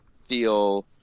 feel